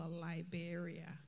Liberia